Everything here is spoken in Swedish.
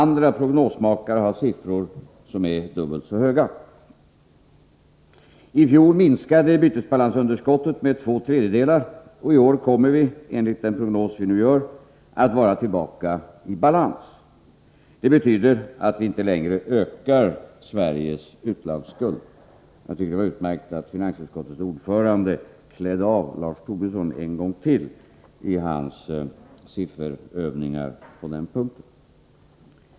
Andra prognosmakare anger ökningar som är dubbelt så höga: I fjol minskade bytesbalansunderskottet med två tredjedelar, och i år kommer vi enligt prognosen i den reviderade finansplanen att vara tillbaka i balans. Det betyder att vi inte längre ökar Sveriges utlandsskuld. Det var utmärkt att finansutskottets ordförande klädde av Lars Tobisson en gång till i hans sifferövningar på denna punkt.